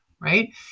right